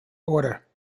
order